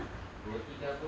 maggi ke apa